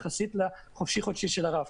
יחסית לחודשי חופשי של הרב-קו.